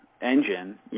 engine